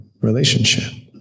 relationship